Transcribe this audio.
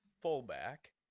fullback